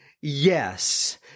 Yes